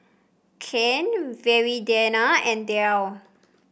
Kian Viridiana and Derl